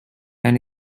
and